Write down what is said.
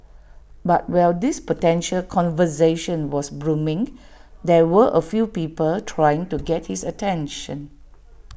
but while this potential conversation was blooming there were A few people trying to get his attention